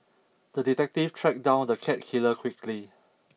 the detective tracked down the cat killer quickly